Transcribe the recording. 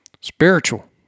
Spiritual